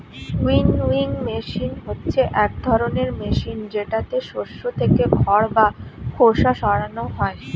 winnowing machine হচ্ছে এক ধরনের মেশিন যেটাতে শস্য থেকে খড় বা খোসা সরানো হয়